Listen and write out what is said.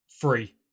Free